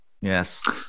Yes